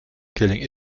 killing